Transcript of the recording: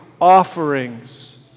offerings